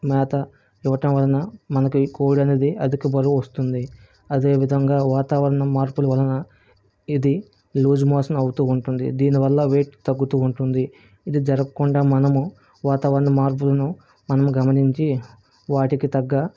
మేత ఇవ్వటం వలన మనకు ఈ కోడి అనేది అధిక బరువు వస్తుంది అదేవిధంగా వాతావరణం మార్పులు వలన ఇది లూజ్ మోషన్ అవుతు ఉంటుంది దీనివల్ల వెయిట్ తగ్గుతు ఉంటుంది ఇది జరగకుండా మనము వాతావరణ మార్పులను మనము గమనించి వాటికి తగ్గ